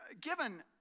given